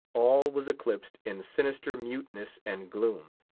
all was eclipsed in sinister muteness and gloom.